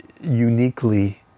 uniquely